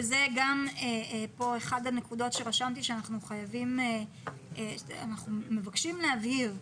וזה גם אחת הנקודות שרשמתי שאנחנו מבקשים להבהיר.